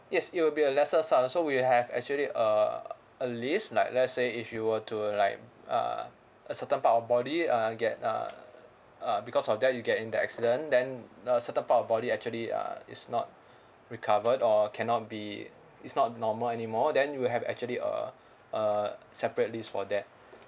yes it will be a lesser sum so we will have actually a a list like let's say if you were to like uh a certain part of body uh get uh uh because of that you get in the accident then the certain part of body actually uh is not recovered or cannot be it's not normal anymore then we will have actually a a separate list for that